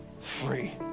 free